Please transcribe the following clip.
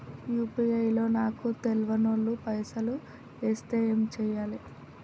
UPI లో నాకు తెల్వనోళ్లు పైసల్ ఎస్తే ఏం చేయాలి?